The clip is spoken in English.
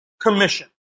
commission